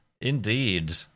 Indeed